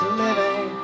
living